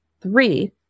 three